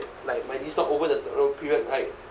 like my niece got over the period right